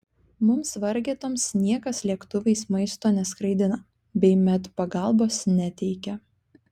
mums vargetoms niekas lėktuvais maisto neskraidina bei medpagalbos neteikia